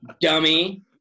dummy